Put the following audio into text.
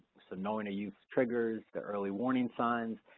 so knowing a youth's triggers, the early warning signs,